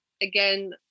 again